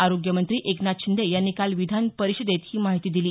आरोग्यमंत्री एकनाथ शिंदे यांनी काल विधान परिषदेत ही माहिती दिली